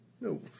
No